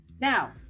Now